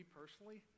personally